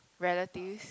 relatives